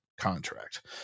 contract